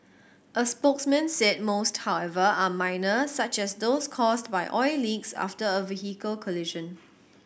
a spokesman said most however are minor such as those caused by oil leaks after a vehicle collision